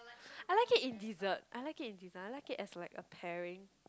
I like it in dessert I like in dessert I like it as like a pairing